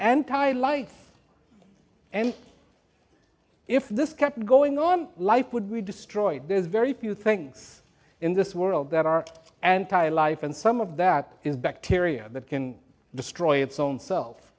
anti light and if this kept going on life would be destroyed there's very few things in this world that are anti life and some of that is bacteria that can destroy its own self